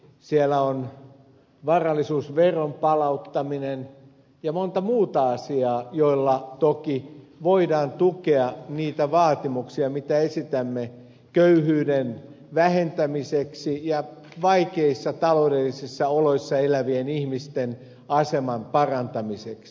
siellä on varallisuusveron palauttaminen ja monta muuta asiaa joilla toki voidaan tukea niitä vaatimuksia mitä esitämme köyhyyden vähentämiseksi ja vaikeissa taloudellisissa oloissa elävien ihmisten aseman parantamiseksi